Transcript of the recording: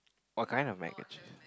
what kind of mac and cheese